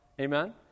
Amen